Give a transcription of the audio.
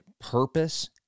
purpose